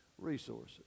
resources